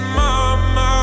mama